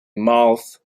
mouth